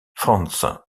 franz